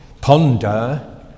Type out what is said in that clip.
ponder